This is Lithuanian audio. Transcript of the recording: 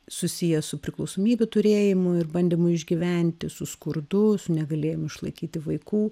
susiję su priklausomybių turėjimu ir bandymu išgyventi su skurdu negalėjimu išlaikyti vaikų